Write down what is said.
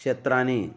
क्षेत्राणि